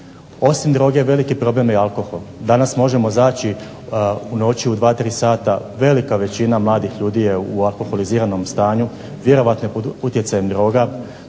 Osim droge veliki problem je alkohol. Danas možemo zaći u noći u 2, 3 sata velika većina mladih ljudi je u alkoholiziranom stanju, vjerojatno je pod utjecajem droga.